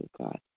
God